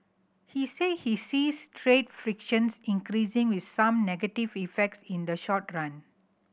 he said he sees trade frictions increasing with some negative effects in the short run